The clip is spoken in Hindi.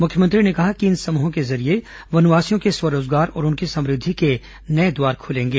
मुख्यमंत्री ने कहा कि इन समूहों के जरिये वनवासियों के स्व रोजगार और उनकी समुद्धि के नए द्वारा खुलेंगे